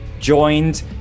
Joined